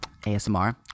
ASMR